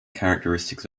characteristics